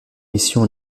mission